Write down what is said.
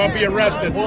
and be arrested.